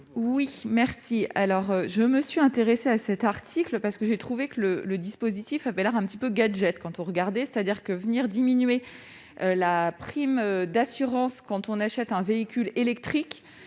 Oui, merci, alors je me suis intéressé à cet article parce que j'ai trouvé que le le dispositif avait un petit peu gadget quant aux regardez c'est-à-dire que venir diminuer la prime d'assurance quand on achète un véhicule électrique